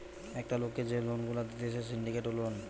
একটা লোককে যে লোন গুলা দিতেছে সিন্ডিকেট লোন